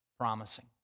promising